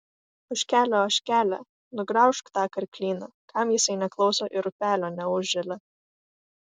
ožkele ožkele nugraužk tą karklyną kam jisai neklauso ir upelio neužželia